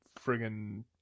friggin